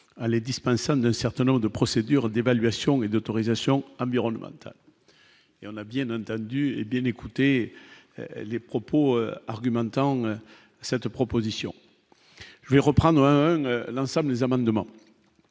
les dispensant d'un certain nombre de procédures d'évaluation et d'autorisation environnementale et on a bien entendu hé bien écoutez les propos argumentant cette proposition, je vais reprendre un jeune l'ensemble des amendements,